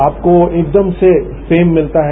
आपको एकदम से फेम मिलता है